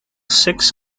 six